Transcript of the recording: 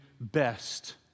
best